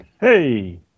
Hey